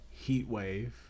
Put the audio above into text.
Heatwave